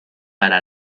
para